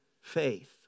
faith